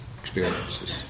experiences